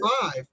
five